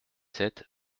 sept